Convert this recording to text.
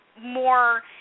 more